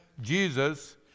Jesus